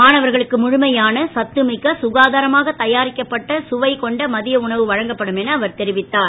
மாணவர்களுக்கு முழுமையான சத்து மிக்க சுகாதாரமாக தயாரிக்கப்பட்ட சுவை கொண்ட மதிய உணவு வழங்கப்படும் என அவர் தெரிவித்தார்